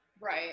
Right